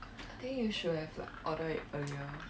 I think you should have like order it earlier